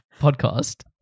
podcast